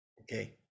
Okay